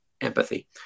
empathy